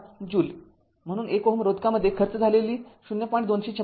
४ joule म्हणून १ Ω रोधकामध्ये खर्च झालेली ऊर्जा ०